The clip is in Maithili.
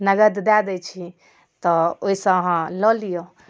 नगद दऽ दै छी तऽ ओहिसँ अहाँ लऽ लिअ